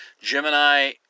Gemini